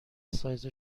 سایز